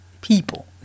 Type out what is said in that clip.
people